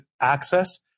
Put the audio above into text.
access